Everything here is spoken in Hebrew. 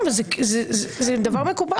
קריאות ביניים, זה דבר מקובל.